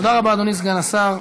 תודה רבה, אדוני סגן השר.